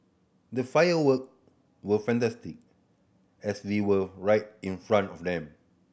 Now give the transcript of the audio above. the firework were fantastic as we were right in front of them